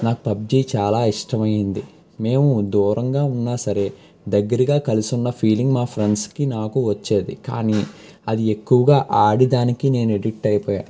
నాకు పబ్జీ చాలా ఇష్టమైంది మేము దూరంగా ఉన్నా సరే దగ్గరగా కలిసున్న ఫీలింగ్ నా ఫ్రెండ్స్కి నాకు వచ్చేది కానీ అది ఎక్కువగా ఆడి దానికి ఎడిక్ట్ అయిపోయాను